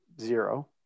zero